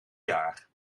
jaar